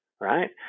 right